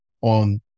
on